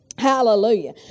Hallelujah